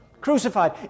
Crucified